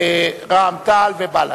רע"ם-תע"ל ובל"ד.